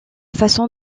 façon